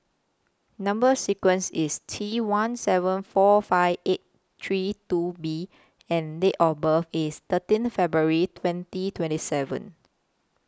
Number sequence IS T one seven four five eight three two B and Date of birth IS thirteen February twenty twenty seven